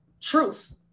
truth